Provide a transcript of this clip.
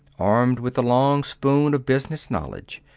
armed with the long spoon of business knowledge,